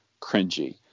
cringy